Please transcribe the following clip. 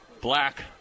Black